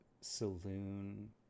Saloon